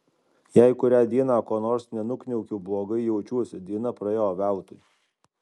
jei kurią dieną ko nors nenukniaukiu blogai jaučiuosi diena praėjo veltui